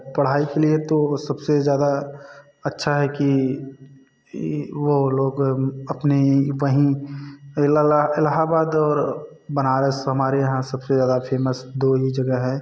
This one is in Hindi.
पढ़ाई के लिए तो सबसे ज़्यादा अच्छा है कि वह लोग अपनी वहीं इलाहाबाद और बनारस हमारे यहाँ सबसे ज़्यादा फेमस दो ही जगह हैं